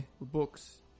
books